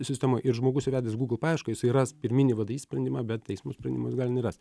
sistemoj ir žmogus įvedęs gūgl paiešką jisai ras pirminį vdi sprendimą bet teismo sprendimo jis gali nerast